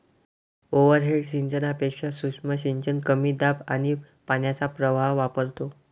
overhead सिंचनापेक्षा सूक्ष्म सिंचन कमी दाब आणि पाण्याचा प्रवाह वापरतो